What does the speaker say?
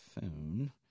phone